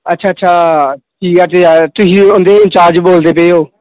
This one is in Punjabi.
ਅੱਛਾ ਅੱਛਾ ਤੁਸੀਂ ਉਹਦੇ ਇੰਚਾਰਜ ਬੋਲਦੇ ਪਏ ਹੋ